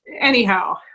Anyhow